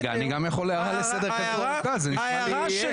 ההערה שלי